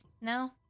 no